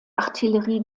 artillerie